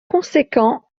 conséquent